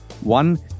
one